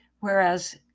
Whereas